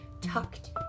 tucked